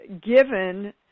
given